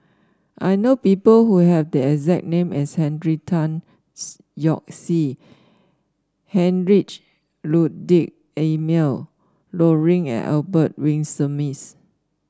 I know people who have the exact name as Henry Tan Yoke See Heinrich Ludwig Emil Luering and Albert Winsemius